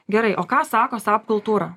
gerai o ką sako sap kultūra